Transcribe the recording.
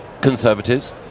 Conservatives